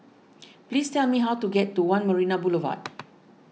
please tell me how to get to one Marina Boulevard